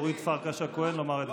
לא, לא, תודה.